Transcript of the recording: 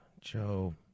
Joe